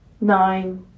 nine